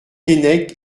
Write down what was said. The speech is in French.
keinec